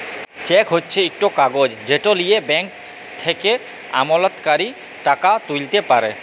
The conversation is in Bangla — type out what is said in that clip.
চ্যাক হছে ইকট কাগজ যেট লিঁয়ে ব্যাংক থ্যাকে আমলাতকারী টাকা তুইলতে পারে